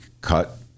cut